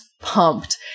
Pumped